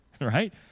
right